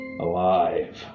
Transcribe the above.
Alive